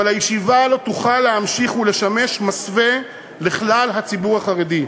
אבל הישיבה לא תוכל להמשיך ולשמש מסווה לכלל הציבור החרדי.